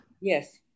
Yes